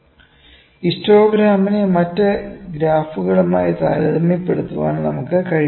ഹിസ്റ്റോഗ്രാമിനെ മറ്റ് ഗ്രാഫുകളുമായി താരതമ്യപ്പെടുത്താൻ നമുക്കു കഴിയണം